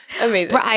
Amazing